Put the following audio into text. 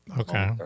Okay